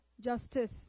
justice